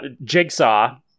Jigsaw